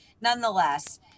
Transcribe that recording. nonetheless